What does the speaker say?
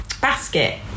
basket